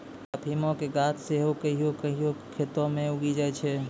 अफीमो के गाछ सेहो कहियो कहियो खेतो मे उगी जाय छै